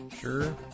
Sure